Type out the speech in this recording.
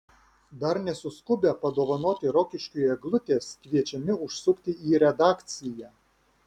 dar nesuskubę padovanoti rokiškiui eglutės kviečiami užsukti į redakciją